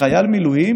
חלילה,